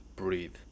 breathe